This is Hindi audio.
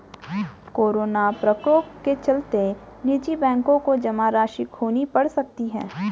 कोरोना प्रकोप के चलते निजी बैंकों को जमा राशि खोनी पढ़ सकती है